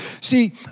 See